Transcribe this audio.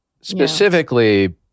specifically